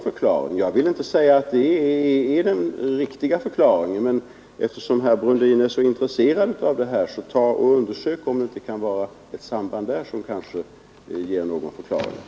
Jag vill inte påstå att det är den riktiga förklaringen, men eftersom herr Brundin är så intresserad av detta så föreslår jag att att nedbringa brottsligheten han undersöker om det inte finns ett samband här som kan ge förklaringen.